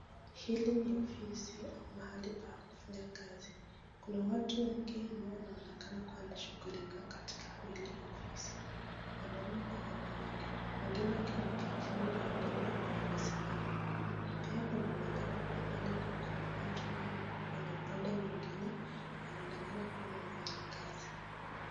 Hili ni ofisi, mahali pa kufanya kazi. Kuna watu wengi ambao wanaonekana kama wanashughulika katika hili ofisi, wanaume kwa wanawake wengine wakiwa wamekaa chini na wengine wakiwa wamesimama. Pia kunaonekana kwa umbali kwa kuna watu ambao wako kwenye upande mwengine, wanaonekana kuwa ni wafanyikazi.